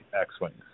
X-Wings